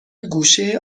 گوشه